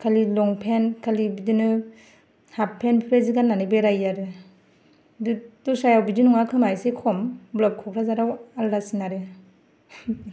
खालि लंपेन्ट खालि बिदिनो हाफ पेन्ट बेफोरबायदि गाननानै बेरायो आरो बे दसरायाव बिदि नङा खोमा एसे खम होमब्ला कक्राझाराव आलदासिन आरो